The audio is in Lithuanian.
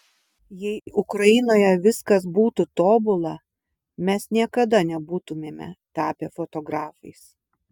jei ukrainoje viskas būtų tobula mes niekada nebūtumėme tapę fotografais